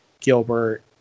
Gilbert